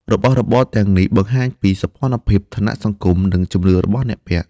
របស់របរទាំងនេះបង្ហាញពីសោភ័ណភាព ឋានៈសង្គម និងជំនឿរបស់អ្នកពាក់។